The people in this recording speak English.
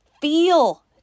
feel